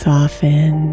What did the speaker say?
Soften